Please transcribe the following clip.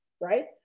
right